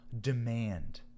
demand